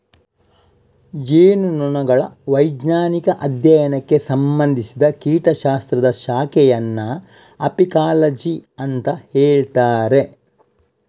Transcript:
ಜೇನುನೊಣಗಳ ವೈಜ್ಞಾನಿಕ ಅಧ್ಯಯನಕ್ಕೆ ಸಂಬಂಧಿಸಿದ ಕೀಟ ಶಾಸ್ತ್ರದ ಶಾಖೆಯನ್ನ ಅಪಿಕಾಲಜಿ ಅಂತ ಹೇಳ್ತಾರೆ